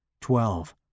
Twelve